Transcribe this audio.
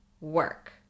work